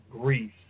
grief